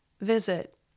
visit